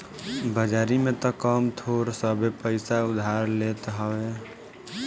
बाजारी में तअ कम थोड़ सभे पईसा उधार लेत हवे